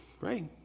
right